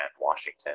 Washington